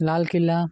Lal Qila